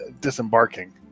disembarking